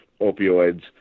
opioids